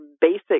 basic